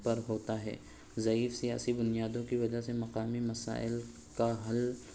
پر ہوتا ہے ضعیف سیاسی بنیادوں کی وجہ سے مقامی مسائل کا حل